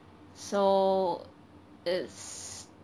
so it's